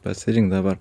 pasirink dabar